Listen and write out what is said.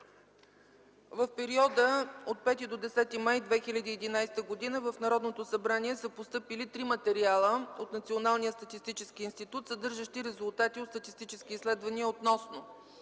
В периода от 5 до 10 май 2011 г. в Народното събрание са постъпили три материала от Националния статистически институт, съдържащи резултати от статистически изследвания относно: